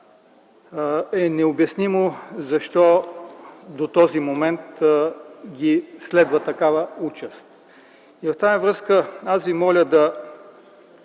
е необяснимо защо до този момент ги следва такава участ. В тази връзка аз Ви моля да